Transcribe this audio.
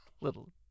little